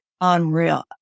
unreal